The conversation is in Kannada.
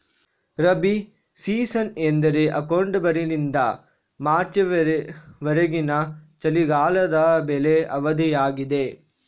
ರಬಿ ಸೀಸನ್ ಎಂದರೆ ಅಕ್ಟೋಬರಿನಿಂದ ಮಾರ್ಚ್ ವರೆಗಿನ ಚಳಿಗಾಲದ ಬೆಳೆ ಅವಧಿಯಾಗಿದೆ